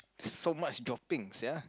so much droppings sia